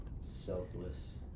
selfless